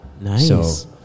Nice